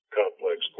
complex